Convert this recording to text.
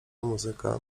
muzyka